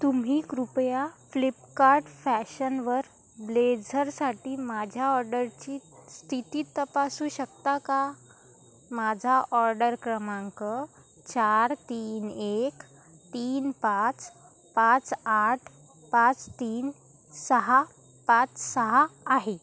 तुम्ही कृपया फ्लिपकार्ट फॅशनवर ब्लेझरसाठी माझ्या ऑडरची स्थिती तपासू शकता का माझा ऑर्डर क्रमांक चार तीन एक तीन पाच पाच आठ पाच तीन सहा पाच सहा आहे